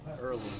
early